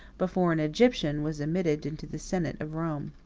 before an egyptian was admitted into the senate of rome.